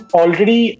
already